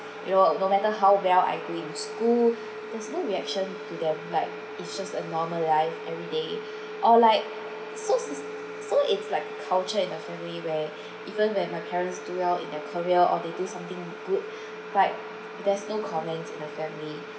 you know no matter how well I did in school there is no reaction to them like it's just a normal life everyday or like so s~ so it's like culture in the family where even when my parents do well in their career or they do something good right there's no comments in the family